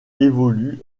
évolue